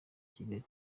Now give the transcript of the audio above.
kigali